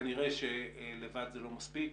כנראה שלבד זה לא מספיק.